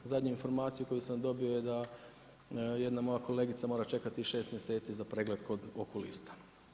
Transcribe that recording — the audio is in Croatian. Zadnju informaciju koju sam dobio je da jedna moja kolegica mora čekati šest mjeseci za pregled kod okulista.